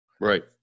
right